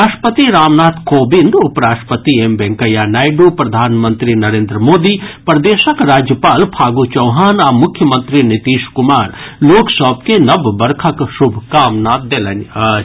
राष्ट्रपति रामनाथ कोविंद उपराष्ट्रपति एम वेंकैया नायडू प्रधानमंत्री नरेन्द्र मोदी प्रदेशक राज्यपाल फागू चौहान आ मुख्यमंत्री नीतीश कुमार लोक सभ के नव वर्षक शुभकामना देलनि अछि